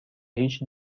هیچ